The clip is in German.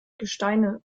gesteine